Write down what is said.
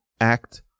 act